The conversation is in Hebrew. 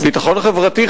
ביטחון חברתי.